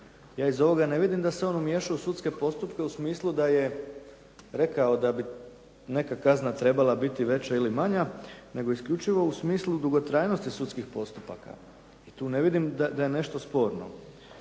Ja iz ovoga ne vidim da se on umiješao u sudske postupke u smislu da je rekao da bi neka kazna trebala biti veća ili manja, nego isključivo u smislu dugotrajnosti sudskih postupaka i tu ne vidim da je nešto sporno.